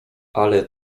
ale